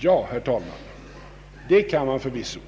Ja, herr talman, det kan man förvisso.